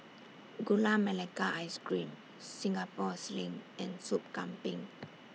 Gula Melaka Ice Cream Singapore Sling and Soup Kambing